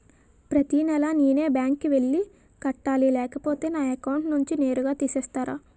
ప్రతి నెల నేనే బ్యాంక్ కి వెళ్లి కట్టాలి లేకపోతే నా అకౌంట్ నుంచి నేరుగా తీసేస్తర?